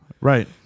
Right